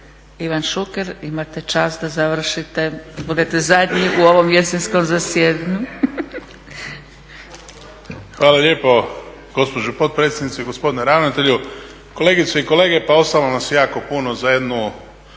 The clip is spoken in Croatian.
Ivan Šuker, imate čast da završite, budete zadnji u ovom jesenskom zasjedanju. **Šuker, Ivan (HDZ)** Hvala lijepo gospođo potpredsjednice. Gospodine ravnatelju. Kolegice i kolege, pa ostalo nas je jako puno za jednu